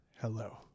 Hello